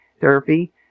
therapy